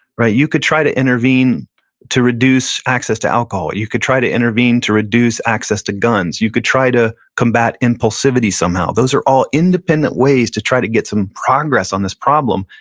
you could try to intervene to reduce access to alcohol, you could try to intervene to reduce access to guns, you could try to combat impulsivity somehow. those are all independent ways to try to get some progress on this problem.